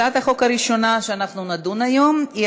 הצעת החוק הראשונה שאנחנו נדון בה היום היא